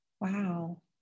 Wow